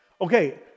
Okay